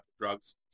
drugs